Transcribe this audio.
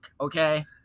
okay